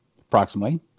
approximately